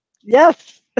Yes